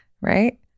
right